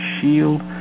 shield